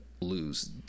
lose